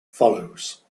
follows